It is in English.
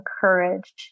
courage